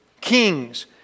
kings